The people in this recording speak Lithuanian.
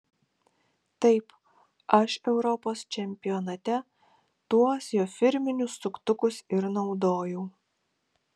taip aš europos čempionate tuos jo firminius suktukus ir naudojau